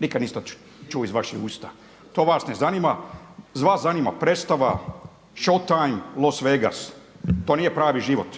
Nikad nisam to čuo iz vaših usta, to vas ne zanima. Vas zanima predstava, showtime, Las Vegas, to nije pravi život.